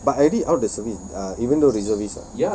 but I already out of the service uh even though reservist [what]